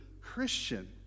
Christian